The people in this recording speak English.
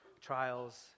Trials